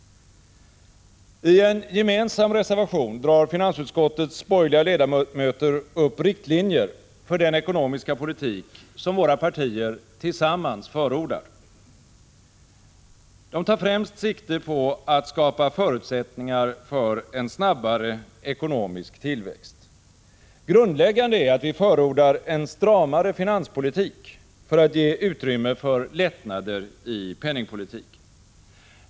I en gemensam reservation drar finansutskottets borgerliga ledamöter upp riktlinjer för den ekonomiska politik som våra partier tillsammans förordar. De tar främst sikte på att skapa förutsättningar för en snabbare ekonomisk tillväxt. Grundläggande är att vi förordar en stramare finanspolitik för att ge utrymme för lättnader i penningpolitiken.